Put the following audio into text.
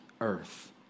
earth